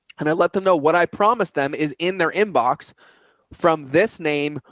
and i let them know what i promised them is in their inbox from this name,